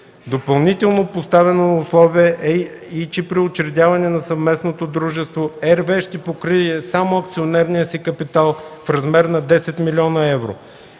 Допълнително поставено условие е и че при учредяване на съвместно дружество РВЕ ще покрие само акционерния си капитал в размер до 10 млн. евро.